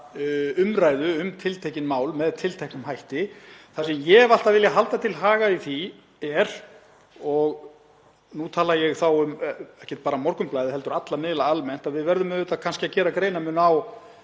umræðu um tiltekin mál með tilteknum hætti. Það sem ég hef alltaf viljað halda til haga í því er, og nú tala ég ekki bara um Morgunblaðið heldur alla miðla almennt, að við verðum kannski að gera greinarmun á